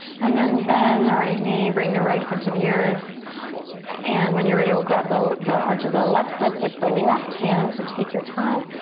and then bend the right knee, bring the right foot to the earth and when you're ready, we'll grab the the arch of the left foot with the left hand. so take your time,